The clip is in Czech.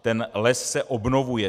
Ten les se obnovuje.